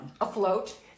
Afloat